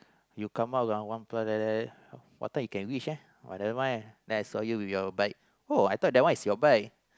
you come out uh one plus like that what time you can reach eh but never mind then I saw you with your bike oh I thought that one is your bike